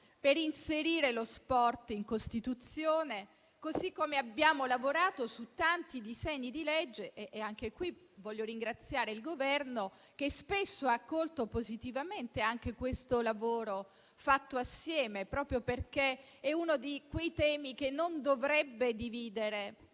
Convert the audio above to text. per inserire lo sport in Costituzione, così come abbiamo lavorato su tanti disegni di legge in materia. Anche in questa sede voglio ringraziare il Governo, che spesso ha accolto positivamente questo lavoro fatto assieme, proprio perché è uno di quei temi che non dovrebbero dividere